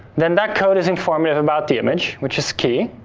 then that code is informative about the image, which is key.